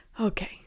Okay